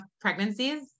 pregnancies